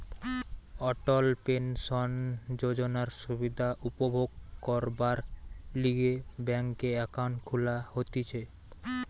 অটল pension যোজনার সুবিধা উপভোগ করবার লিগে ব্যাংকে একাউন্ট খুলা হতিছে